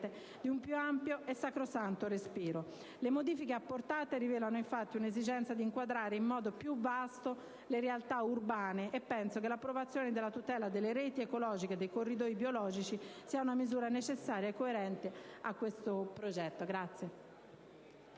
di un più ampio e sacrosanto respiro. Le modifiche apportate rivelano, infatti, un'esigenza di inquadrare in modo più vasto le realtà urbane, e penso che l'approvazione della tutela delle reti ecologiche e dei corridoi biologici sia una misura necessaria e coerente a questo progetto.